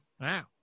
Wow